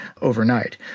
overnight